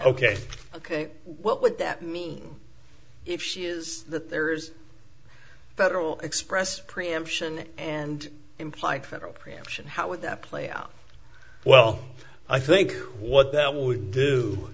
ok ok what would that mean if she is that there's federal express preemption and implied federal preemption how would that play out well i think what that w